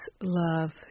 love